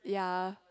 ya